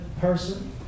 person